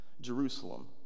Jerusalem